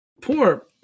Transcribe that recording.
poor